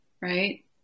right